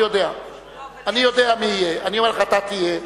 אני יודע מי יהיה, אני מודיע לך, אתה תהיה.